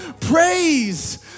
praise